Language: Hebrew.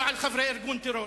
לא על חברי ארגון טרור.